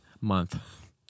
month